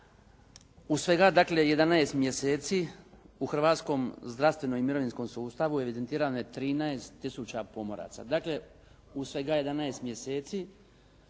dakle 11 mjeseci u Hrvatskom zdravstvenom i mirovinskom sustavu evidentirane 13 tisuća pomoraca.